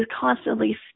constantly